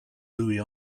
louis